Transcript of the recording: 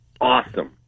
awesome